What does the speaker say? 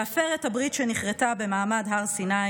להפר את הברית שנכרתה במעמד הר סיני